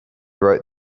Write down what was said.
wrote